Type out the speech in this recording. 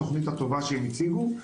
התוכנית הטובה שהם הציגו.